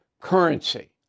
currency